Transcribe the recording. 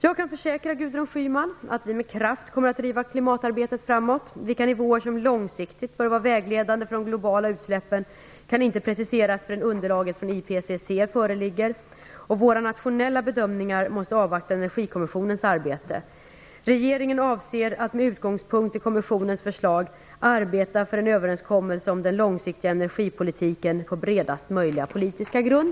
Jag kan försäkra Gudrun Schyman att vi med kraft kommer att driva klimatarbetet framåt. Vilka nivåer som långsiktigt bör vara vägledande för de globala utsläppen kan inte preciseras förrän underlaget från IPCC föreligger. Våra nationella bedömningar måste avvakta Energikommissionens arbete. Regeringen avser att, med utgångspunkt i kommissionens förslag, arbeta för en överenskommelse om den långsiktiga energipolitiken på bredast möjliga politiska grund.